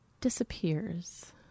disappears